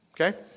Okay